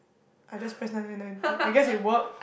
I just press nine nine nine I I guess it work